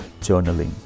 journaling